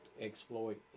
exploit